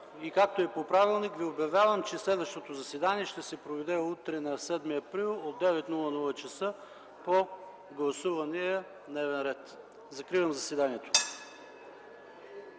Както е по правилник, ви обявявам, че следващото заседание ще се проведе утре, 7 април 2011 г., от 9,00 ч. по гласувания дневен ред. Закривам заседанието.